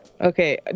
Okay